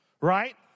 right